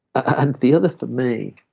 and the other for me,